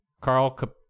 Carl